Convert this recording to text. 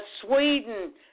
Sweden